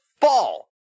fall